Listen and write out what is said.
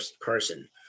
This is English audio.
person